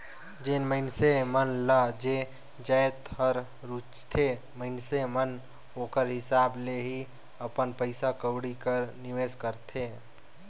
जेन मइनसे मन ल जे जाएत हर रूचथे मइनसे मन ओकर हिसाब ले ही अपन पइसा कउड़ी कर निवेस करथे